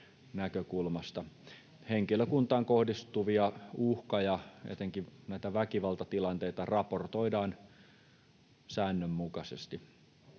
Henkilökuntaan kohdistuvia uhka- ja etenkin väkivaltatilanteita raportoidaan säännönmukaisesti.